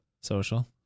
social